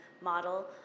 model